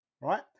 right